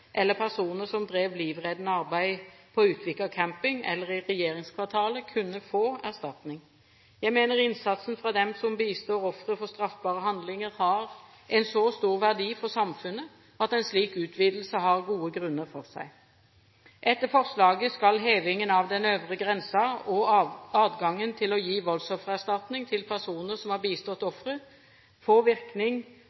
eller personer som drev livreddende arbeid på Utvika camping eller i regjeringskvartalet, kunne få erstatning. Jeg mener innsatsen fra dem som bistår ofre for straffbare handlinger, har en så stor verdi for samfunnet at en slik utvidelse har gode grunner for seg. Etter forslaget skal hevingen av den øvre grensen og adgangen til å gi voldsoffererstatning til personer som har bistått